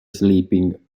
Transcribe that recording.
sleeping